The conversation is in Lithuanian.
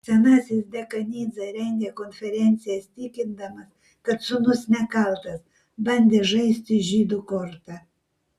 senasis dekanidzė rengė konferencijas tikindamas kad sūnus nekaltas bandė žaisti žydų korta